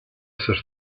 esser